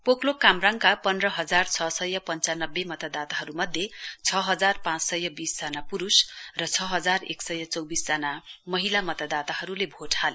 पोकलोक कामराङका पन्ध्र हजार छ सय पश्वानब्बे मतदाताहरूमध्ये छ हजार पाँच सय बीच पुरुष र छ हजार एक सय चौबिस जना महिला मतदाताहरूले भोट हाले